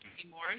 anymore